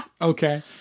Okay